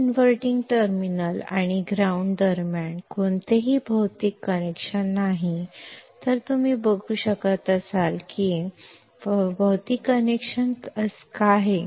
inverting terminal ಮತ್ತು ground ನಡುವೆ ಯಾವುದೇ ಭೌತಿಕ ಸಂಪರ್ಕವಿಲ್ಲದಿದ್ದರೂ